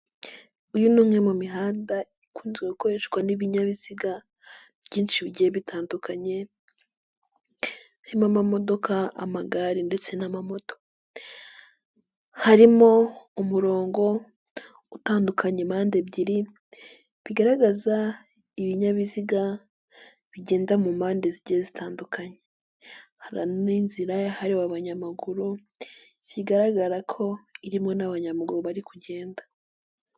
Uyu ni umwe mu mihanda ikunzwe gukoreshwa n'ibinyabiziga byinshi bigiye bitandukanye, harimo amamodoka, amagare ndetse n'amamoto, harimo umurongo utandukanya impande ebyiri bigaragaza ibinyabiziga bigenda mu mpande zigiye zitandukanye, harimo n'inzira yahariwe abanyamaguru bigaragara ko irimo n'abanyamaguru bari kugenda.